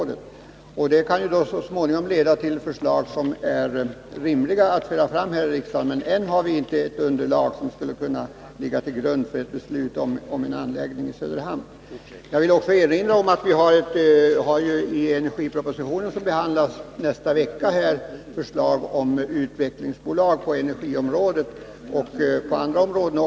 Det kan så småningom leda till förslag som är rimliga att föra fram i riksdagen. Men ännu har vi inget underlag som skulle kunna ligga till grund för ett träforskningsinstitut i Söderhamn. I energipropositionen, som skall behandlas nästa vecka, finns ett förslag om utvecklingsbolag på energiområdet och även på andra områden.